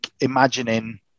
imagining